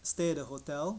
stay at the hotel